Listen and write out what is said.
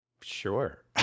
sure